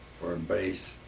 for a base.